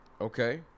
Okay